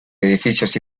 edificios